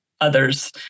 Others